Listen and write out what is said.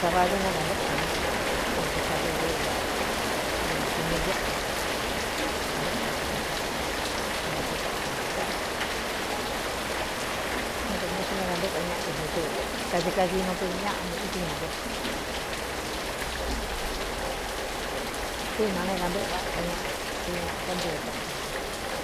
Cabalyu ne kāntɨꞌɨ kañéꞌé tɨ kaxika tɨ é i kɨmi éꞌe ta du kantɨꞌɨ kachika tɨ kantēku toꞌo tɨ kɨtɨnē so né kantɨꞌɨ ka ñéꞌé tɨ á i kacikainu ɨ ñaꞌa nī tína kɨɨ tína ne kantɨ́ꞌɨ vaꞌa ka ñéꞌé tɨ hé ñaꞌa tántee toꞌo tɨ kɨtɨ kɨ̄ꞌɨn